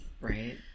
right